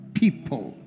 people